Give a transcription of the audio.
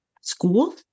school